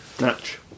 match